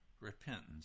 repentance